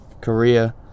Korea